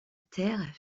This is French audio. terres